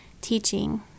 teaching